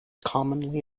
commonly